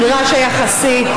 הנדרש, היחסי.